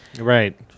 right